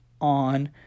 on